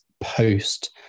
post